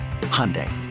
Hyundai